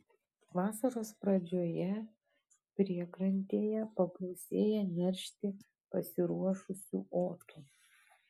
vasaros pradžioje priekrantėje pagausėja neršti pasiruošusių otų